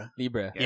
libra